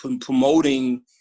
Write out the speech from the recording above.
promoting